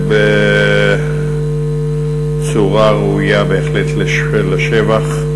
בצורה ראויה בהחלט לשבח.